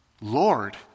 Lord